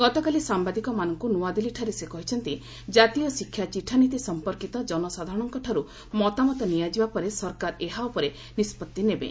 ଗତକାଲି ସାମ୍ବାଦିକମାନଙ୍କୁ ନୂଆଦିଲ୍ଲୀଠାରେ ସେ କହିଛନ୍ତି ଜାତୀୟ ଶିକ୍ଷା ଚିଠାନୀତି ସମ୍ପର୍କୀତ ଜନସାଧାରଣଙ୍କଠାରୁ ମତାମତ ନିଆଯିବା ପରେ ସରକାର ଏହା ଉପରେ ନିଷ୍କଭି ନେବେ